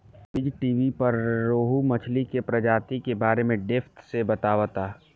बीज़टीवी पर रोहु मछली के प्रजाति के बारे में डेप्थ से बतावता